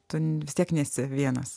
tu vis tiek nesi vienas